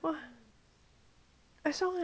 I saw I saw ballut eh